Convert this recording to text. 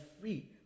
free